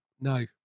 no